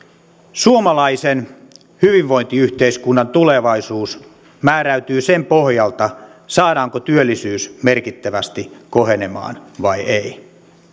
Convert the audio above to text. suomalaisen hyvinvointiyhteiskunnan tulevaisuus määräytyy sen pohjalta saadaanko työllisyys merkittävästi kohenemaan vai ei